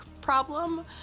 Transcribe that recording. problem